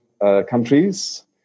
countries